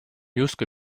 justkui